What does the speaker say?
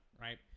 right